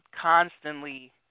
constantly –